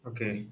Okay